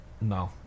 no